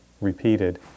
repeated